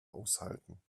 aushalten